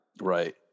Right